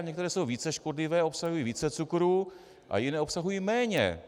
Některé jsou více škodlivé a obsahují více cukrů a jiné obsahují méně.